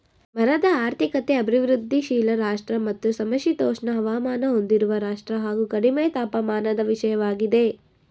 ಮರದ ಆರ್ಥಿಕತೆ ಅಭಿವೃದ್ಧಿಶೀಲ ರಾಷ್ಟ್ರ ಮತ್ತು ಸಮಶೀತೋಷ್ಣ ಹವಾಮಾನ ಹೊಂದಿರುವ ರಾಷ್ಟ್ರ ಹಾಗು ಕಡಿಮೆ ತಾಪಮಾನದ ವಿಷಯವಾಗಿದೆ